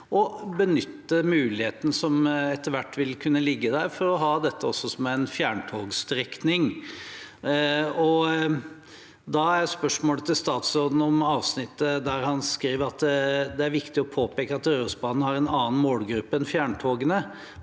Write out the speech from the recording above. og benytte muligheten som etter hvert vil kunne ligge der for å ha dette også som en fjerntogstrekning. Da gjelder spørsmålet til statsråden avsnittet der han skriver at det er «viktig å påpeke at Rørosbanen har en annen målgruppe enn fjerntogene,